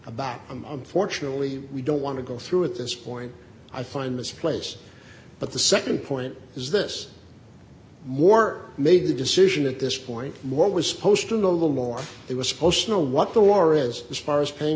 month fortunately we don't want to go through at this point i find this place but the nd point is this more made the decision at this point what was posted a little more it was supposed to know what the war is as far as paying